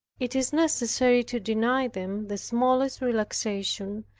it is necessary to deny them the smallest relaxation,